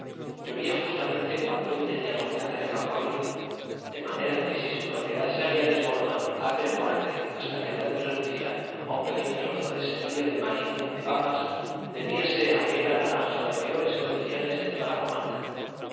llovía justamente cuando él tenía algo que hacer a campo abierto de manera que si su propiedad se había desmoronado acre por acre hasta quedar reducida a un pequeño trozo para el sembrío de maíz y de papas debíase a que era la granja de peores condiciones en toda la comarca